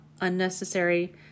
unnecessary